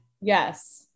yes